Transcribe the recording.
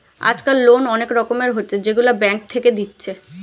আজকাল লোন অনেক রকমের হচ্ছে যেগুলা ব্যাঙ্ক থেকে দিচ্ছে